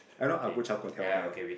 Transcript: I know I'll put char kway teow there